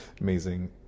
Amazing